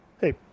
Hey